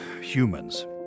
humans